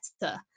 better